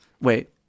Wait